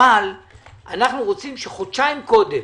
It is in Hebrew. אבל אנחנו רוצים שחודשיים קודם